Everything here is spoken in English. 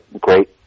great